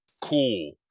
cool